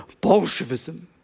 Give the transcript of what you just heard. Bolshevism